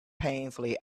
painfully